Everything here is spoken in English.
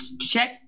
check